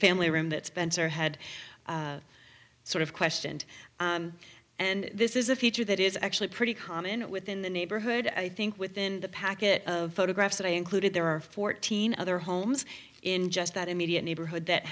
family room that spencer had sort of questioned and this is a feature that is actually pretty common within the neighborhood i think within the packet of photographs that i included there are fourteen other homes in just that immediate neighborhood that